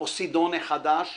פוסידון החדש